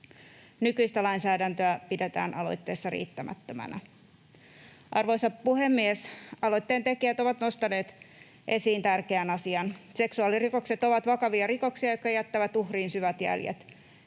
Nykyistä lainsäädäntöä pidetään aloitteessa riittämättömänä. Arvoisa puhemies! Aloitteen tekijät ovat nostaneet esiin tärkeän asian. Seksuaalirikokset ovat vakavia rikoksia, jotka jättävät uhriin syvät jäljet.